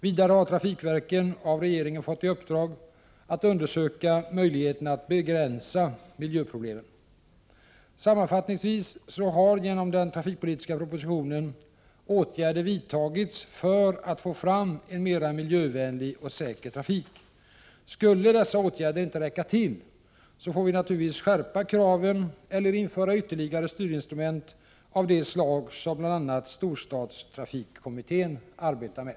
Vidare har trafikverken av regeringen fått i uppdrag att undersöka möjligheterna att begränsa miljöproblemen. Sammanfattningsvis har genom den trafikpolitiska propositionen åtgärder vidtagits för att få fram en mera miljövänlig och säker trafik. Skulle dessa åtgärder inte räcka till får vi naturligtvis skärpa kraven eller införa ytterligare styrinstrument av det slag som bl.a. storstadstrafikkommittén arbetar med.